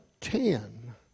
ten